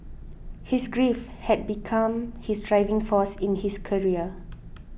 his grief had become his driving force in his career